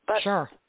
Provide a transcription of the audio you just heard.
Sure